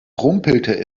rumpelte